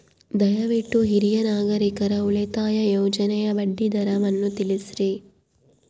ದಯವಿಟ್ಟು ಹಿರಿಯ ನಾಗರಿಕರ ಉಳಿತಾಯ ಯೋಜನೆಯ ಬಡ್ಡಿ ದರವನ್ನು ತಿಳಿಸ್ರಿ